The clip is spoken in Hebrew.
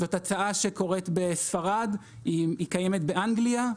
זאת הצעה שקורית בספרד, היא קיימת באנגליה.